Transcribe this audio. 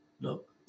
Look